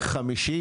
וחמישי.